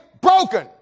broken